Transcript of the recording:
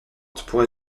pourrait